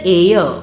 air